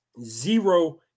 Zero